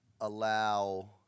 allow